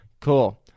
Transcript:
Cool